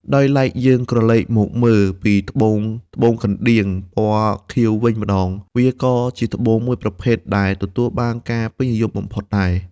ដោយឡែកយើងក្រឡេកមកមើលពីត្បូងត្បូងកណ្ដៀង ពណ៌ខៀវ វិញម្តង វាក៏ជាត្បូងមួយប្រភេទដែលទទួលបានការពេញនិយមបំផុតដែរ។